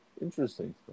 Interesting